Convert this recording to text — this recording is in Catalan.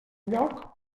lloc